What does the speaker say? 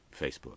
Facebook